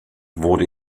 wurde